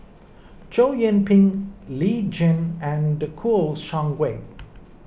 Chow Yian Ping Lee Tjin and Kouo Shang Wei